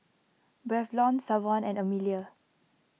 Braylon Savon and Emelia